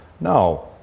no